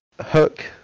Hook